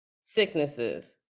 Sicknesses